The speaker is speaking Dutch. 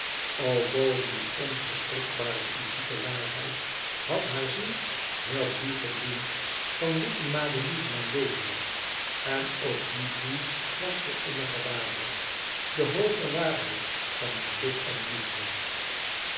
boven die onverwrikbare fyzieke waarheid had haar ziel heur bloei gebloeid van witte madelieven en lelien en ook die bloei was de innige waarheid de hooge waarheid van geluk en van liefde